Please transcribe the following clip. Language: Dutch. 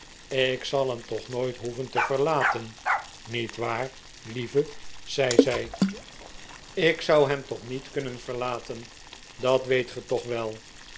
ik zal hem toch nooit hoeven te verlaten niet waar lieve zei zij ik zou hem niet kunnen verlaten dat weet ge toch wel